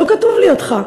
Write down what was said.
לא כתוב לי אותך.